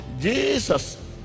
Jesus